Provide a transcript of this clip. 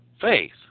faith